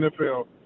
NFL